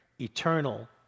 eternal